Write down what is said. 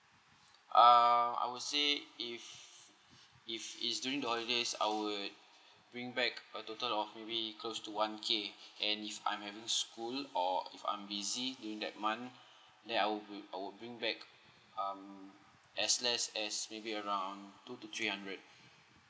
uh I will say if if it's during the holidays I would bring back a total of maybe close to one k and if I'm having school or if I'm busy during hat month then I would bring back um as less as maybe around two to three hundred